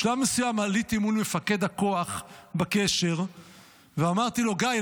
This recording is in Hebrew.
בשלב מסוים עליתי מול מפקד הכוח בקשר ואמרתי לו: גיא,